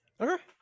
Okay